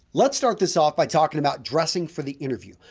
let's start this off by talking about dressing for the interview.